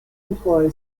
employ